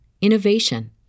innovation